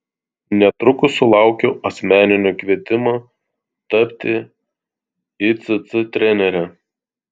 netrukus sulaukiau asmeninio kvietimo tapti icc trenere